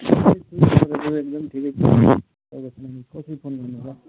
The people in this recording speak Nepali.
एकदम ठिकै छ तपाईँको सुनाउनुहोस् कसरी फोन गर्नुभयो